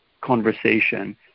conversation